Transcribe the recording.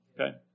Okay